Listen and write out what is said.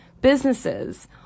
businesses